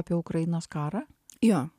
apie ukrainos karą jo